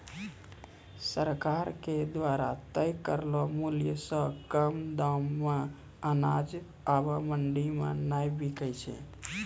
सरकार के द्वारा तय करलो मुल्य सॅ कम दाम मॅ अनाज आबॅ मंडी मॅ नाय बिकै छै